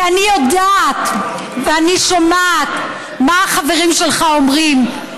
כי אני יודעת ואני שומעת מה החברים שלך אומרים,